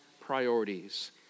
priorities